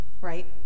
right